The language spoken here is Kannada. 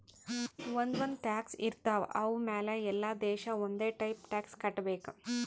ಒಂದ್ ಒಂದ್ ಟ್ಯಾಕ್ಸ್ ಇರ್ತಾವ್ ಅವು ಮ್ಯಾಲ ಎಲ್ಲಾ ದೇಶ ಒಂದೆ ಟೈಪ್ ಟ್ಯಾಕ್ಸ್ ಕಟ್ಟಬೇಕ್